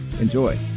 Enjoy